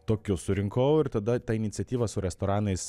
tokius surinkau ir tada ta iniciatyva su restoranais